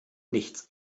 nichts